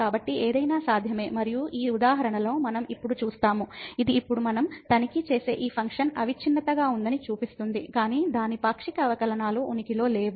కాబట్టి ఏదైనా సాధ్యమే మరియు ఈ ఉదాహరణలో మనం ఇప్పుడు చూస్తాము ఇది ఇప్పుడు మనం తనిఖీ చేసే ఈ ఫంక్షన్ అవిచ్ఛిన్నత గా ఉందని చూపిస్తుంది కానీ దాని పాక్షిక అవకలనాలు ఉనికిలో లేవు